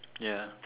ya